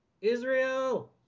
Israel